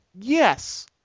yes